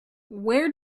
where